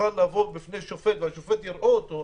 יוכל לבוא בפני שופט והשופט יוכל לראות אותו,